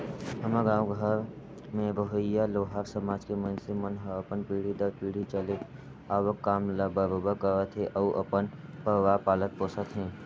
हमर गाँव घर में रहोइया लोहार समाज के मइनसे मन ह अपन पीढ़ी दर पीढ़ी चले आवक काम ल बरोबर करत हे अउ अपन परवार पालत पोसत हे